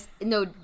no